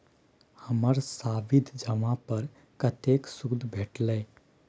हमर सावधि जमा पर कतेक सूद भेटलै?